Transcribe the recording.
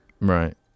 Right